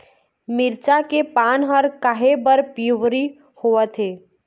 मिरचा के पान हर काहे बर पिवरी होवथे?